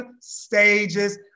stages